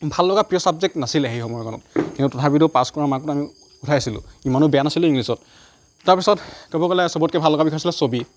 ভাল লগা প্ৰিয় চাবজেক্ট নাছিলে সেই সময়কণত কিন্তু তথাপিতো পাছ কৰা মাৰ্কটো আমি উঠাইছিলোঁ ইমানো বেয়া নাছিলোঁ ইংলিছত তাৰপিছত ক'ব গ'লে চবতকৈ ভাল লগা বিষয় আছিলে ছবি